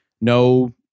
no